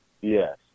Yes